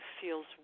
feels